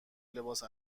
لباس